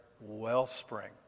wellspring